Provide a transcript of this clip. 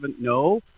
no